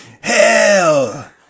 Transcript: Hell